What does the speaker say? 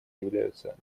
являются